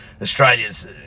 australia's